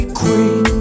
queen